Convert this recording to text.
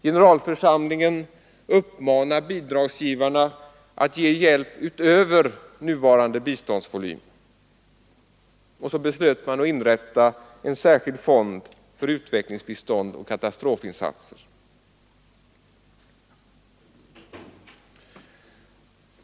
Generalförsamlingen uppmanade bidragsgivarna att ge hjälp utöver nuvarande biståndsvolym, och så beslöt man att inrätta en särskild fond för utvecklingsbistånd och katastrofinsatser.